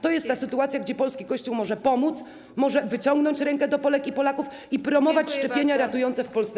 To jest ta sytuacja, gdzie polski Kościół może pomóc, może wyciągnąć rękę do Polek i Polaków i promować szczepienia ratujące w Polsce życie.